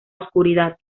oscuridad